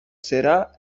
será